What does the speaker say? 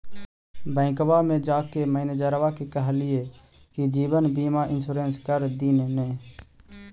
बैंकवा मे जाके मैनेजरवा के कहलिऐ कि जिवनबिमा इंश्योरेंस कर दिन ने?